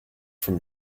from